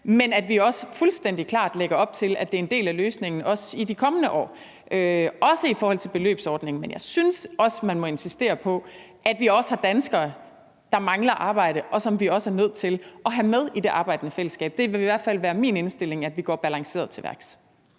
og at vi også fuldstændig klart lægger op til, at det er en del af løsningen, også i de kommende år og også i forhold til beløbsordningen. Men jeg synes også, man må insistere på, at vi også har danskere, der mangler arbejde, og som vi er nødt til at have med i det arbejdende fællesskab. Det vil i hvert fald være min indstilling, at vi går balanceret til værks.